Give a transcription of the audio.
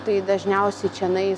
tai dažniausiai čionai